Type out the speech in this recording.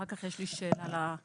אחר כך יש לי שאלה אליכם.